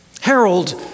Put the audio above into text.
Harold